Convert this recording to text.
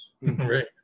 Right